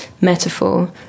metaphor